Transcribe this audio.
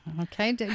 okay